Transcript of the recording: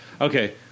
Okay